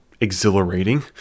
exhilarating